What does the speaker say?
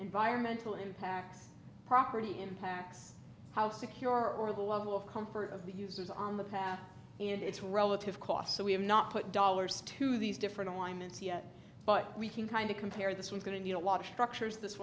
environmental impacts property impacts how secure or the level of comfort of the users on the path and its relative cost so we have not put dollars to these different alignments yet but we can kind of compare this we're going to need a lot of structures this